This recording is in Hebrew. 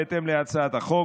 בהתאם להצעת החוק,